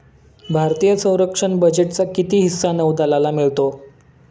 भारतीय संरक्षण बजेटचा किती हिस्सा नौदलाला मिळतो?